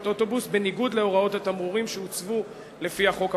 אוטובוס בניגוד להוראות התמרורים שהוצבו לפי החוק המוצע,